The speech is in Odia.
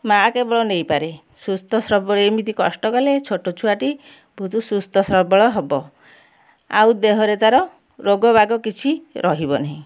ମାଆ କେବଳ ନେଇପାରେ ସୁସ୍ଥ ଏମିତି କଷ୍ଟ କଲେ ଛୋଟ ଛୁଆଟି ବହୁତ ସୁସ୍ଥ ସବଳ ହେବ ଆଉ ଦେହରେ ତା'ର ରୋଗବାଗ କିଛି ରହିବ ନାହିଁ